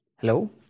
Hello